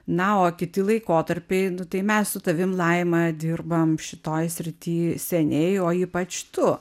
na o kiti laikotarpiai tai mes su tavim laima dirbam šitoje srity seniai o ypač tu